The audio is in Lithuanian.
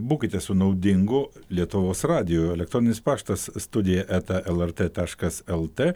būkite su naudingu lietuvos radiju elektroninis paštas studija eta lrt taškas lt